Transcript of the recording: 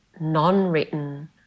non-written